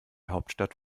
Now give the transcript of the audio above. hauptstadt